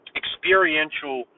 experiential